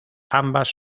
ambas